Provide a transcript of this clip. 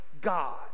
God